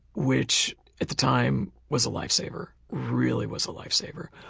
which at the time was a life saver. really was a life saver.